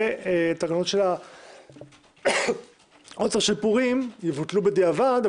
והתקנות של העוצר של פורים יבוטלו בדיעבד.